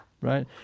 Right